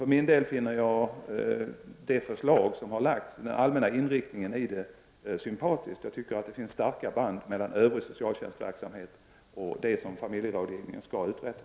För min del finner jag den allmänna inriktningen i det förslag som har framlagts sympatisk. Jag tycker att det finns starka band mellan övrig socialtjänstverksamhet och det som familjerådgivningen skall uträtta.